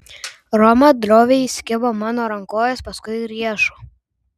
roma droviai įsikibo mano rankovės paskui riešo